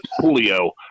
Julio